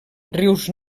rius